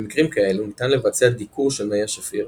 במקרים כאלו ניתן לבצע דיקור של מי השפיר